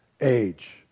age